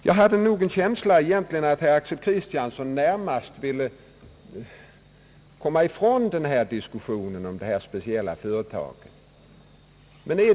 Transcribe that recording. Jag hade en känsla av att herr Axel Kristiansson närmast ville komma ifrån diskussionen om detta speciella företag.